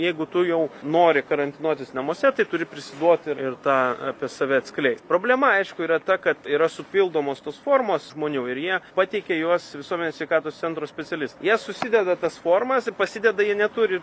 jeigu tu jau nori karantinuotis namuose tai turi prisiduot ir ir tą apie save atskleist problema aišku yra ta kad yra supildomos tos formos žmonių ir jie pateikia juos visuomenės sveikatos centro specialistui jie susideda tas formas ir pasideda ja neturi